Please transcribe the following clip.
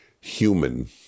human